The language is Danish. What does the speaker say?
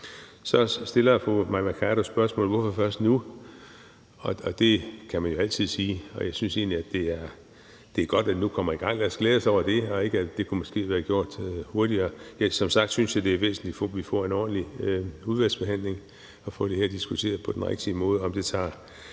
Så stiller fru Mai Mercados spørgsmålet: Hvorfor først nu? Det kan man jo altid spørge om, og jeg synes egentlig, at det er godt, at vi nu kommer i gang, så lad os glæde os over det og ikke tænke på, at det måske kunne have været gjort hurtigere. Som sagt synes jeg, det er væsentligt, at vi får en ordentlig udvalgsbehandling og får det her diskuteret på den rigtige måde. Om det tager